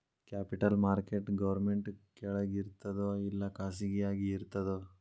Capital market government ಕೆಳಗಿರ್ತದೋ ಇಲ್ಲಾ ಖಾಸಗಿಯಾಗಿ ಇರ್ತದೋ?